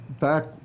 Back